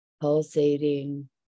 pulsating